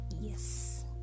yes